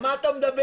על מה אתה מדבר?